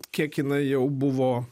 kiek jinai jau buvo